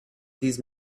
these